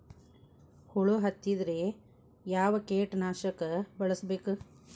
ಹುಳು ಹತ್ತಿದ್ರೆ ಯಾವ ಕೇಟನಾಶಕ ಬಳಸಬೇಕ?